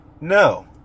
No